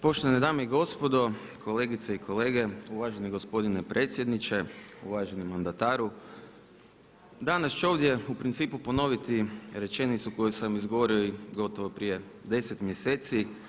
Poštovane dame i gospodo, kolegice i kolege, uvaženi gospodine predsjedniče, uvaženi mandataru danas ću ovdje u principu ponoviti rečenicu koju sam izgovorio i gotovo prije 10 mjeseci.